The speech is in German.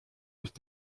ist